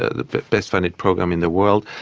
ah the best funded program in the world,